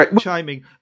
chiming